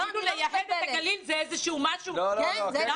כאילו לייהד את הגליל זה משהו רע.